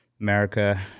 America